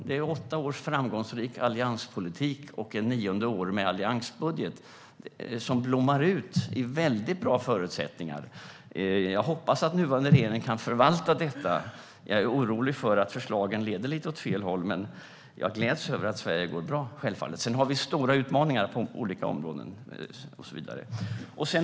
Det är åtta års framgångsrik allianspolitik och ett nionde år med alliansbudget som blommar ut i väldigt bra förutsättningar. Jag hoppas att nuvarande regering kan förvalta detta. Jag är orolig för att förslagen leder lite åt fel håll. Men jag gläds självfallet över att Sverige går bra. Vi har stora utmaningar på olika områden, och så vidare.